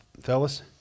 fellas